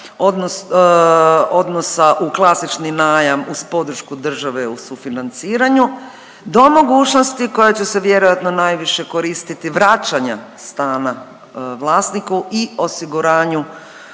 odnosa u klasični najam uz podršku države u sufinanciranju do mogućnosti koja će se vjerojatno najviše koristiti vraćanja stanja vlasniku i osiguranju